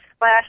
last